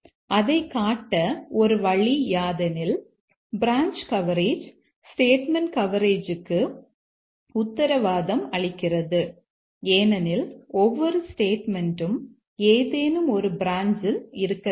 அதைக் காட்ட ஒரு வழி யாதெனில் பிரான்ச் கவரேஜ் ஸ்டேட்மெண்ட் கவரேஜுக்கு உத்தரவாதம் அளிக்கிறது ஏனெனில் ஒவ்வொரு ஸ்டேட்மெண்ட்யும் ஏதேனும் ஒரு பிரான்ச்யில் இருக்க வேண்டும்